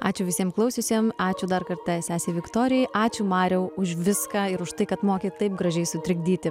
ačiū visiem klausiusiem ačiū dar kartą sesei viktorijai ačiū mariau už viską ir už tai kad moki taip gražiai sutrikdyti